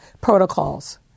protocols